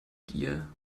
gier